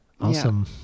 Awesome